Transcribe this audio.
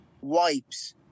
wipes